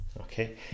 okay